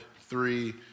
three